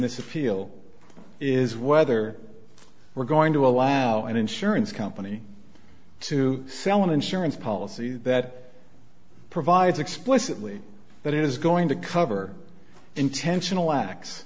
this appeal is whether we're going to allow an insurance company to sell an insurance policy that provides explicitly that it is going to cover intentional a